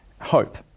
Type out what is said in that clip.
hope